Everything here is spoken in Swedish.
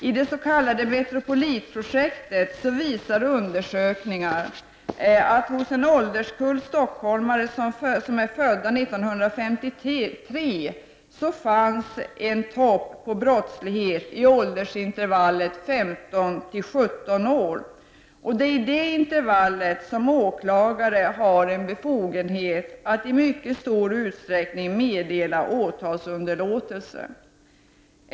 I det s.k. Metropolitprojektet visade undersökningar att det hos en ålderskull stockholmare födda 1953 fanns en topp för brottslighet i åldersinterval let 15—17 år. Det är i det intervallet som åklagare har en befogenhet att i mycket stor utsträckning meddela åtalsunderlåtelse.